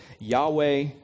Yahweh